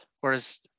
whereas